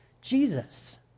Jesus